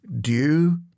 due